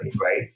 right